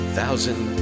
thousand